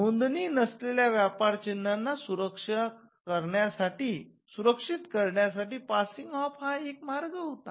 नोंदणी नसलेल्या व्यापार चिन्हांना सुरक्षित करण्याचा पासिंग ऑफ हा एक मार्ग होता